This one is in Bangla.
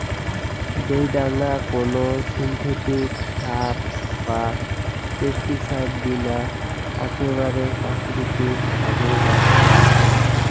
যেই ডাঙা কোনো সিনথেটিক সার বা পেস্টিসাইড বিনা আকেবারে প্রাকৃতিক ভাবে বানানো হই